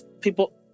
People